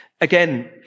Again